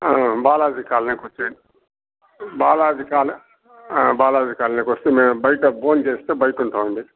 బాలాజీ కాలనీకి వచ్చేయండి బాలాజీ కాలనీ బాలాజీ కాలనీకి వస్తే మేము బయట ఫోన్ చేస్తే బయట ఉంటాం అండి